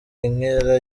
inkera